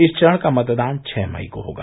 इस चरण का मतदान छः मई को होगा